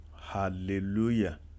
Hallelujah